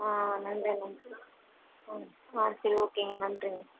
ஆ நன்றி மேம் ஆ ஆ சரி ஓகேங்க நன்றிங்க